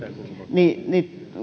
niin niin